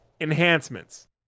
enhancements